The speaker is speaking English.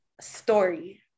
story